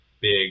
big